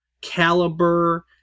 Caliber